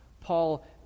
Paul